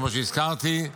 כמו שהזכרתי,